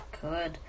good